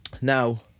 Now